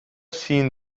seen